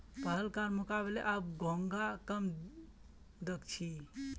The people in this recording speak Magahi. पहलकार मुकबले अब घोंघा कम दख छि